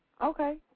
Okay